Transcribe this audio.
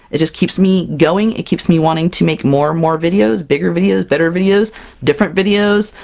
it just keeps me going, it keeps me wanting to make more and more videos! bigger videos, better videos different videos.